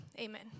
Amen